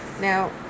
Now